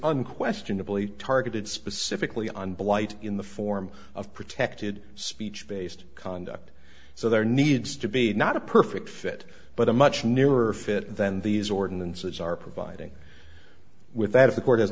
unquestionably targeted specifically on blight in the form of protected speech based conduct so there needs to be not a perfect fit but a much nearer fit than these ordinances are providing with that if the court